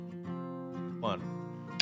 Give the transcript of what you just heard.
one